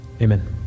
amen